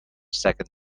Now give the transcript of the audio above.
second